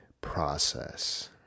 process